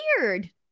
weird